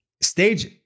Stage